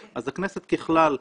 אז הכנסת ככלל,